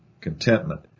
contentment